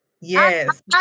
Yes